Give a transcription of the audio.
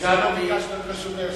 אולי כדאי, ביקשתי את רשות היושב-ראש.